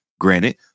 Granted